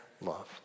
love